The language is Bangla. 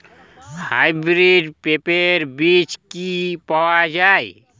হাইব্রিড পেঁপের বীজ কি পাওয়া যায়?